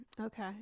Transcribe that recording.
Okay